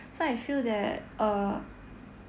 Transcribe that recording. so I feel that uh